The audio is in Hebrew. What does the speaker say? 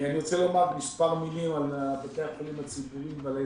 אני רוצה לומר מספר מילים על בתי החולים הציבוריים ועל ההסכם,